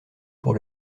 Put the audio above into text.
pour